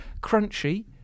crunchy